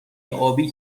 آبی